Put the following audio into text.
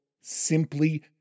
simply